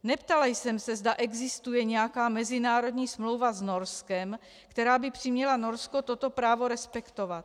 Neptala jsem se, zda existuje nějaká mezinárodní smlouva s Norskem, která by přiměla Norsko toto právo respektovat.